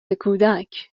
کودک